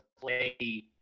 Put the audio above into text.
play